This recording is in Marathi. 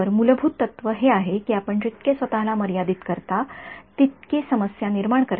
तर मूलभूत तत्त्व हे आहे की आपण जितके स्वत ला मर्यादित करता तितके समस्या निर्माण करता